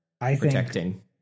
protecting